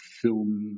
film